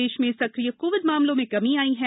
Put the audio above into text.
प्रदेश में सक्रिय कोविड मामलो में कमी आई है